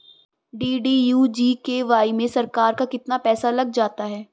DDU GKY में सरकार का कितना पैसा लग जाता है?